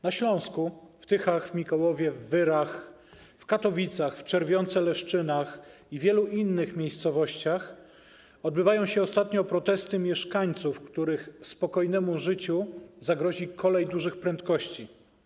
Na Śląsku, w Tychach, w Mikołowie, w Wyrach, w Katowicach, w Czerwionce-Leszczynach i w wielu innych miejscowościach odbywają się ostatnio protesty mieszkańców, których spokojnemu życiu zagrozi kolej dużych prędkości.